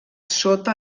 sota